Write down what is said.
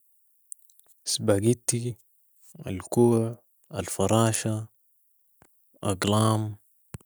سباقتي ، الكوع ، الفراشه ، اقلام